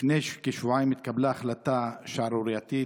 לפני כשבועיים התקבלה החלטה שערורייתית